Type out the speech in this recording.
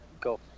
go